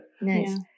Nice